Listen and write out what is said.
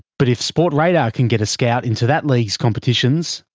but if sportradar can get a scout into that league's competitions,